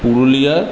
Purulia